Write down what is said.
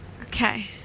Okay